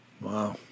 Wow